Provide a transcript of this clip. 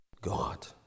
God